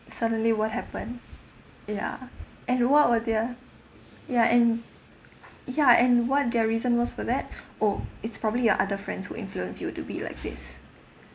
suddenly what happened ya and what were their ya and ya and what their reason was for that oh it's probably your other friends who influenced you to be like this